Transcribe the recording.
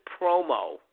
promo